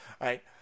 right